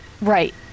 Right